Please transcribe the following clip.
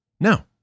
No